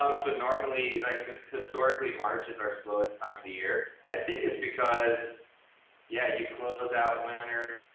um so normally, like just historically, march is our slowest time of the year. i think it's because yeah you close out winter.